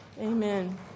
Amen